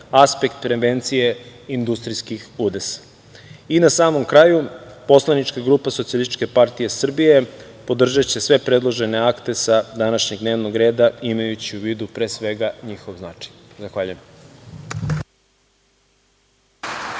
aspekt prevencije industrijskih udesa. Na samom kraju, Poslanička grupa SPS podržaće sve predložene akte sa današnjeg dnevnog reda imajući u vidu pre svega njihov značaj. Zahvaljujem.